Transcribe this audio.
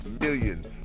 millions